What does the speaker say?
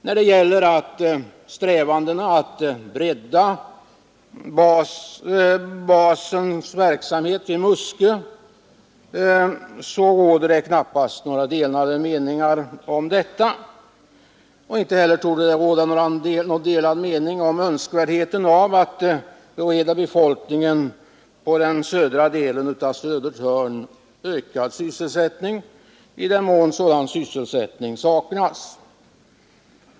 När det gäller strävandena att bredda Musköbasens verksamhet råder det knappast några delade meningar, och inte heller torde det råda delade meningar om önskvärdheten av att bereda befolkningen i den södra delen av Södertörn sysselsättning i den mån sådan saknas.